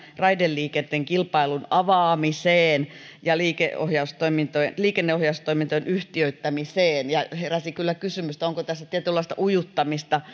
raideliikenteen kilpailun avaamiseen ja liikenneohjaustoimintojen liikenneohjaustoimintojen yhtiöittämiseen ja heräsi kyllä kysymys onko tässä tietynlaista ujuttamista